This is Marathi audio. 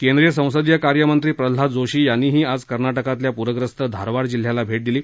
केंद्रीय संसदीय कार्यमंत्री प्रल्हाद जोशी यांनीही आज कर्नाटकातल्या पूरग्रस्त धारवाड जिल्ह्याला भेट दिली